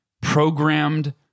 programmed